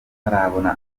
batarabona